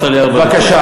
פרי.